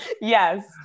Yes